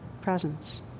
presence